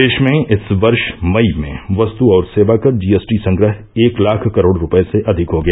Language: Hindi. देश में इस वर्ष मई में वस्तु और सेवाकर जीएसटी संग्रह एक लाख करोड़ रुपये से अधिक हो गया